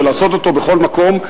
ולעשות אותו בכל מקום,